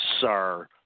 sir